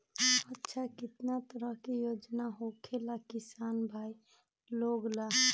अच्छा कितना तरह के योजना होखेला किसान भाई लोग ला?